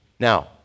Now